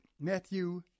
Matthew